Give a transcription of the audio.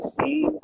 see